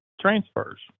transfers